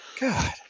God